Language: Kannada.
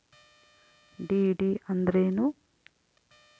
ಡಿ.ಡಿ ಅಂದ್ರೇನು?